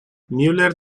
müller